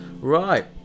Right